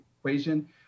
equation